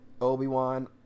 Obi-Wan